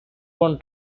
one